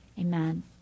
Amen